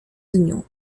dniu